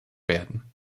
werden